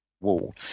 wall